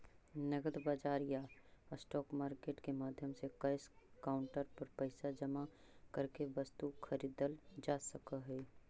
नगद बाजार या स्पॉट मार्केट के माध्यम से कैश काउंटर पर पैसा जमा करके वस्तु खरीदल जा सकऽ हइ